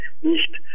nicht